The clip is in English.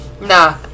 nah